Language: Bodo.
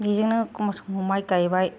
बेजोंनो माइ गायबाय